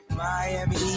Miami